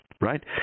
right